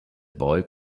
boy